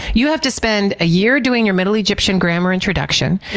you have to spend a year doing your middle egyptian grammar introduction,